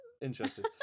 interesting